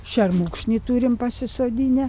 šermukšnį turim pasisodinę